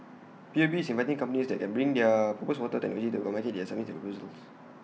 P U B is inviting companies that can bring their proposed water technology to market to submit their proposals